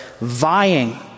vying